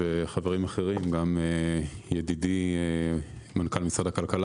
ידידי מנכ"ל משרד התעשייה,